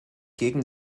gegen